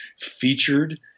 Featured